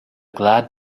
glad